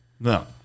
No